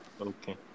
Okay